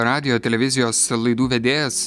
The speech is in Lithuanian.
radijo televizijos laidų vedėjas